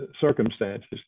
circumstances